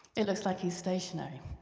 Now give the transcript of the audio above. it looks like he's stationary.